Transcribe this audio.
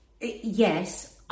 Yes